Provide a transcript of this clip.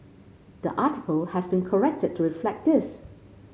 the article has been corrected to reflect this